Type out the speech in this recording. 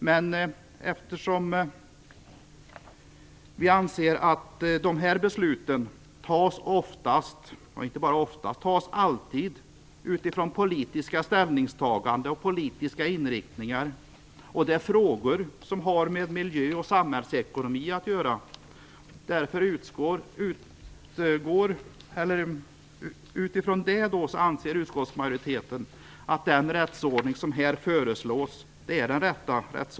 Men eftersom vi anser att dessa beslut alltid fattas utifrån politiska ställningstaganden och politiska inriktningar, och det är frågor som har med miljö och samhällsekonomi att göra, anser utskottsmajoriteten att den rättsordning som här föreslås är den rätta.